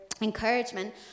encouragement